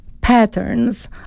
patterns